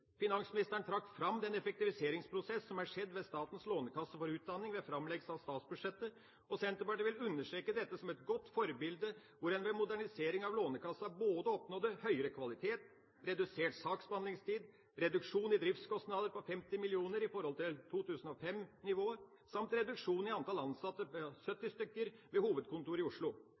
Finansministeren trakk fram den effektiviseringsprosessen som er skjedd ved Statens lånekasse for utdanning, ved framleggelsen av statsbudsjettet. Senterpartiet vil understreke dette som et godt forbilde hvor en ved modernisering av Lånekassa både oppnådde høyere kvalitet, redusert saksbehandlingstid, reduksjon i driftskostnader på 50 mill. kr i forhold til 2005-nivået og reduksjon i antall årsverk på 70 ved hovedkontoret i Oslo.